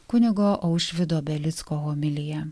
kunigo aušvydo belicko homilija